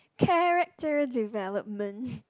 character development